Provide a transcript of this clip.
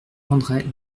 rendrait